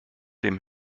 dem